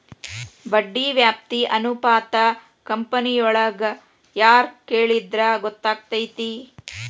ಬಡ್ಡಿ ವ್ಯಾಪ್ತಿ ಅನುಪಾತಾ ಕಂಪನಿಯೊಳಗ್ ಯಾರ್ ಕೆಳಿದ್ರ ಗೊತ್ತಕ್ಕೆತಿ?